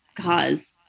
cause